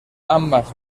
ambas